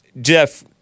Jeff